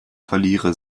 verlierer